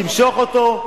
תמשוך אותו,